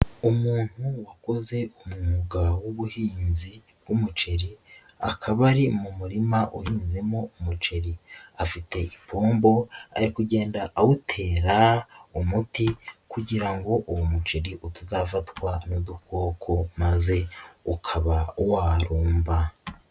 Umuntu wakoze umwuga w'ubuhinzi bw'umuceri akaba ari mu murima uhinzemo umuceri, afite ipombo ari kugenda awutera umuti kugira ngo uwo muceri utazafatwa n'udukoko maze ukaba warumba.